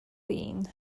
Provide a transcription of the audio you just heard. being